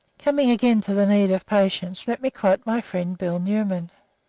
coming again to the need of patience, let me quote my friend bill newman.